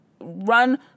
run